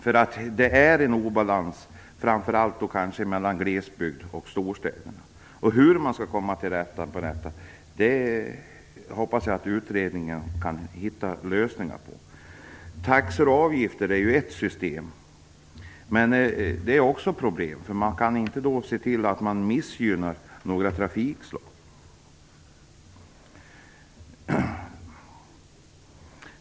Det finns nämligen en obalans, kanske framför allt mellan glesbygd och storstäder. När det gäller hur man skall komma till rätta med den saken hoppas jag att utredningen kan hitta lösningar. Taxor och avgifter är ett system. Men det systemet är också förenat med problem. Man får ju inte missgynna vissa trafikslag.